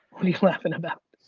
what are you laughin' about?